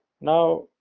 Now